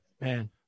Man